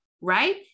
right